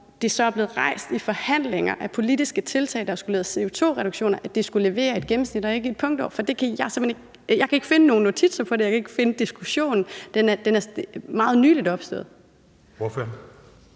det så er blevet rejst i forhandlinger af politiske tiltag, der skulle give CO2-reduktioner, at det skulle levere et gennemsnit og ikke et punktmål. For jeg kan ikke finde nogen notitser om det eller nogen diskussion om det; den er meget nyligt opstået. Kl.